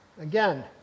Again